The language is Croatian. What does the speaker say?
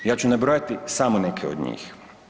Ja ću nabrojati samo neke od njih.